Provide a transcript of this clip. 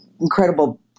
incredible